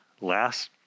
last